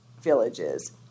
villages